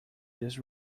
this